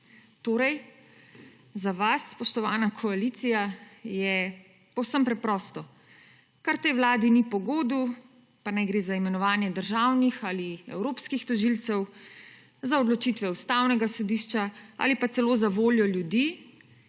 Torej, za vas, spoštovana koalicija, je povsem preprosto, kar tej vladi ni pogodu, pa naj gre za imenovanje državnih ali evropskih tožilcev, za odločitve Ustavnega sodišča ali pa celo za voljo ljudi,